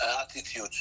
attitude